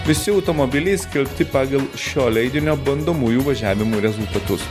visi automobiliai skelbti pagal šio leidinio bandomųjų važiavimų rezultatus